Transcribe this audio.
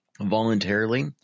voluntarily